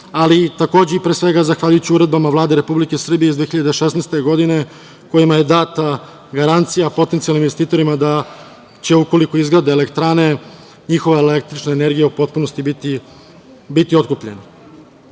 ali takođe i pre svega zahvaljujući uredbama Vlade Republike Srbije iz 2016. godine kojima je data garancija potencijalnim investitorima da će ukoliko izgrade elektrane njihova električna energija u potpunosti biti otkupljena. Solarna